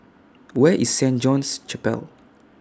Where IS Saint John's Chapel